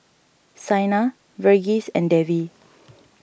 Saina Verghese and Devi